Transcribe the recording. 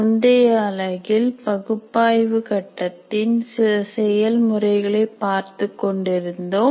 முந்தைய அலகில் பகுப்பாய்வு கட்டத்தின் சில செயல்முறைகளை பார்த்துக் கொண்டிருந்தோம்